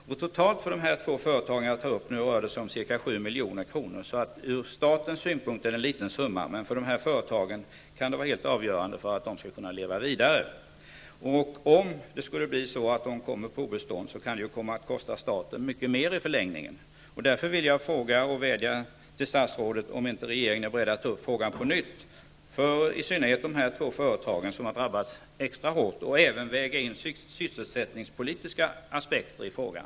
Totalt för de två företag som jag har tagit upp rör det sig om ca 7 milj.kr. Ur statens synpunkt är det en liten summa, men för de här företagen kan det vara helt avgörande för att de skall kunna leva vidare. Om de skulle komma på obestånd, kan det komma att kosta staten mycket mer i förlängningen. Därför vill jag vädja till statsrådet att regeringen måtte ta upp frågan på nytt, i synnerhet för de här två företagen som har drabbats extra hårt, samt att man även väger in sysselsättningspolitiska aspekter i frågan.